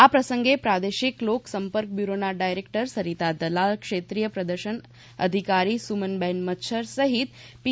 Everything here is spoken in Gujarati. આ પ્રસંગે પ્રાદેશિક લોક સંપર્ક બ્યુરોના ડાયરેક્ટર સરિતા દલાલ ક્ષેત્રીય પ્રદર્શન અધિકારી સુમનબેન મચ્છર સહિત પી